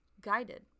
guided